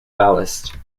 ballast